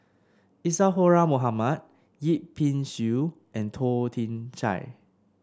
Isadhora Mohamed Yip Pin Xiu and Toh Chin Chye